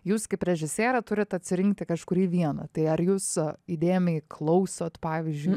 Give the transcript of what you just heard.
jūs kaip režisierė turit atsirinkti kažkurį vieną tai ar jūs įdėmiai klausot pavyzdžiui